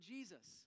Jesus